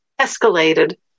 escalated